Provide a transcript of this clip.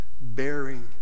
bearing